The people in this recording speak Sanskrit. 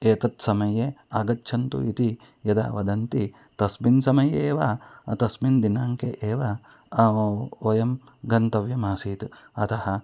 एतत् समये आगच्छन्तु इति यदा वदन्ति तस्मिन् समये एव तस्मिन् दिनाङ्के एव वयं गन्तव्यमासीत् अतः